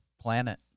planet